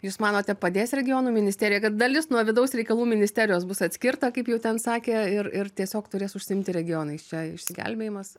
jūs manote padės regionų ministerija kad dalis nuo vidaus reikalų ministerijos bus atskirta kaip jau ten sakė ir ir tiesiog turės užsiimti regionais čia išsigelbėjimas